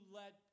let